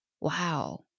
wow